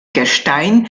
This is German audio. gestein